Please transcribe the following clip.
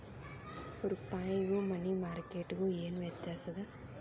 ರೂಪಾಯ್ಗು money market ಗು ಏನ್ ವ್ಯತ್ಯಾಸದ